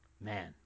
man